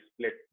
split